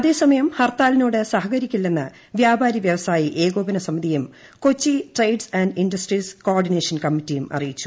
അതേസമയം ഹർത്താലിനോട് സഹകരിക്കില്ലെന്ന് വൃാപാരി വൃവസായി ഏകോപന സമിതിയും Kochi trades and industries coordination കമ്മിറ്റിയും അറിയിച്ചു